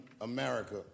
America